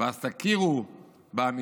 ואז תכירו באמיתותם